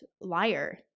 liar